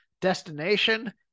destination